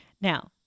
Now